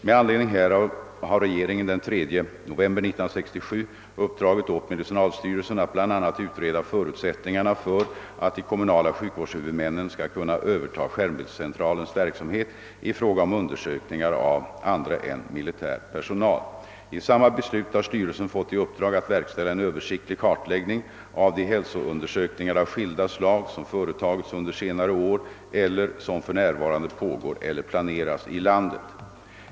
Med anledning härav har regeringen den 3 november 1967 uppdragit åt medicinalstyrelsen att bl.a. utreda förutsättningarna för att de kommunala sjukvårdshuvudmännen skall kunna överta skärmbildscentralens verksamhet i fråga om undersökningar av andra än militär personal. I samma beslut har styrelsen fått i uppdrag att verkställa en översiktlig kartläggning av de hälsoundersökningar av skilda slag, som företagits under senare år eller som för närvarande pågår eller planeras i landet.